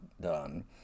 done